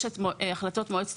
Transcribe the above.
יש גם את החלטות מועצת